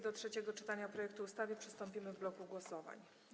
Do trzeciego czytania projektu ustawy przystąpimy w bloku głosowań.